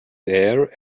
there